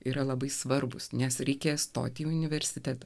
yra labai svarbūs nes reikės stoti į universitetą